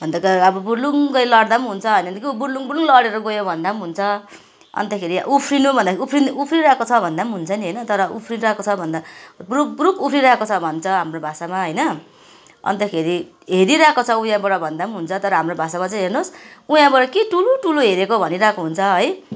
भन्दा त अब पुर्लुङ्गै लड्दा पनि हुन्छ होइन भने ऊ बुर्लुङबुर्लङ लडेर गयो भयो भन्दा पनि हुन्छ अन्तखेरि उफ्रिनु भन्दाखेरि उफ्रिनु उफ्रिरहेको छ भन्दा पनि हुन्छ नि होइन तर उफ्रिरहेको छ भन्दा बुरुकबुरुक उफ्रिरहेको छ भन्छ हाम्रो भाषामा होइन अन्तखेरि हेरिरहेको छ उयाँबाट भन्दा पनि हुन्छ तर हाम्रो भाषामा चाहिँ हेर्नुहोस् उयाँबाट के टुलुटुलु हेरेको भनिरहेको हुन्छ है